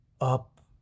up